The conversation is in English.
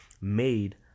made